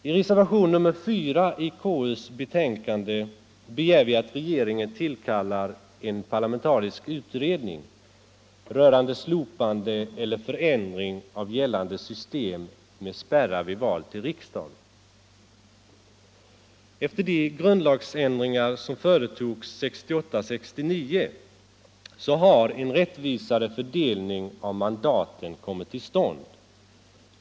I reservation nr 4 i KU:s betänkande begär vi att regeringen tillkallar en parlamentarisk utredning rörande slopande eller förändring av gällande system med spärrar vid val till riksdagen. Efter de grundlagsändringar som företogs 1968-1969 har en rättvisare fördelning av mandaten kommit till stånd.